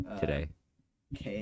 today